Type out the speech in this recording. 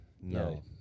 No